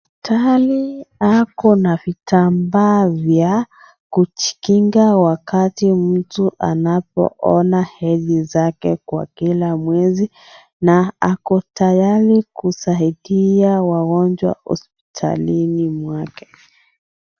Daktari ako na vitambaa vya kujikinga wakati mtu anapoona hedhi zake kwa kila mwezi na ako tayari kusaidia wagonjwa hospitalini mwake.